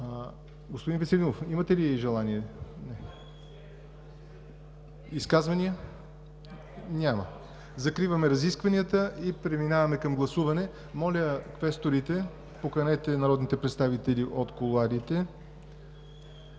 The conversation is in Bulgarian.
Господин Веселинов, имате ли желание? Не. Изказвания? Няма. Закривам разискванията и преминаваме към гласуване. Моля, квесторите, поканете народните представители от кулоарите.